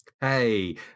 Hey